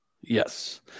Yes